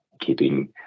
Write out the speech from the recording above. keeping